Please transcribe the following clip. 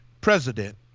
president